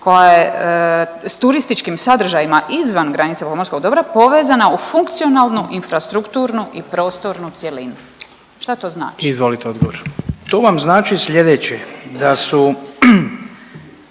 koja je s turističkim sadržajima izvan granice pomorskog dobra povezana u funkcionalnu infrastrukturnu i prostornu cjelinu, šta to znači? **Jandroković, Gordan (HDZ)** Izvolite